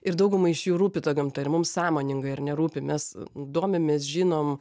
ir daugumai iš jų rūpi ta gamtai ir mums sąmoningai ar ne rūpi mes domimės žinom